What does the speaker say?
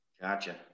Gotcha